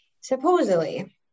supposedly